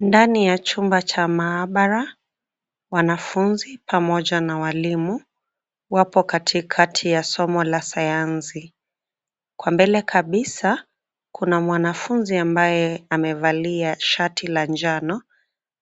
Ndani ya chumba cha maabara, wanafunzi pamoja na walimu wapo katikati ya somo la sayansi. Kwa mbele kabisa kuna mwanafunzi ambaye amevalia shati la njano